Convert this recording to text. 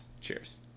Cheers